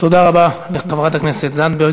תודה רבה לחברת הכנסת זנדברג.